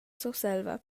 surselva